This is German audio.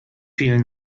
vielen